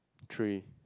three